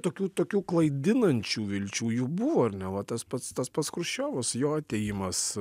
tokių tokių klaidinančių vilčių jų buvo ar ne va tas pats tas pats chruščiovas jo atėjimas